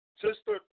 sister